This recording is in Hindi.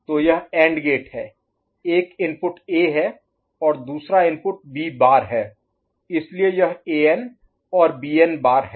तो यह एंड गेट है एक इनपुट A है और दूसरा इनपुट B बार है इसलिए यह An और Bn बार है